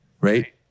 right